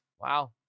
Wow